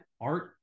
Art